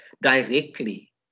directly